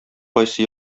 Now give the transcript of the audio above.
кайсы